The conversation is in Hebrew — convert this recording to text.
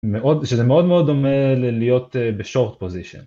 שזה מאוד מאוד דומה ללהיות בשורט פוזישן